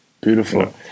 Beautiful